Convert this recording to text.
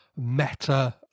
meta